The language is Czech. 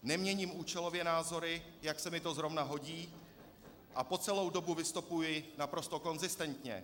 Neměním účelově názory, jak se mi to zrovna hodí, a po celou dobu vystupuji naprosto konzistentně.